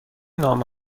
نامه